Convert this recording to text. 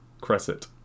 Crescent